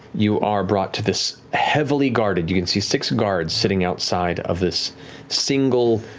you are brought too this heavily guarded, you can see six guards sitting outside of this single,